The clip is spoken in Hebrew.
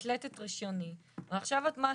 התלת את רישיוני ועכשיו מה?